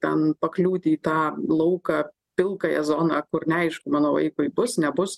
ten pakliūti į tą lauką pilkąją zoną kur neaišku mano vaikui bus nebus